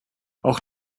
auch